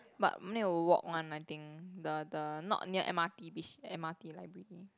but need to walk one I think the the not near M_R_T Bish~ M_R_T library